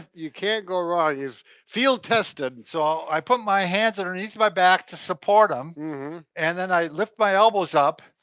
you can't go wrong he's field tested. so i put my hands underneath my back to support um and then i lift my elbows up.